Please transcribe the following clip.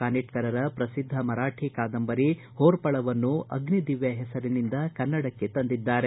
ಕಾನಿಟ್ನರರ ಪ್ರಸಿದ್ದ ಮರಾಠಿ ಕಾದಂಬರಿ ಹೋರಪಳವನ್ನು ಅಗ್ಮಿದಿವ್ನ ಹೆಸರಿನಿಂದ ಕನ್ನಡಕ್ಕೆ ತಂದಿದ್ದಾರೆ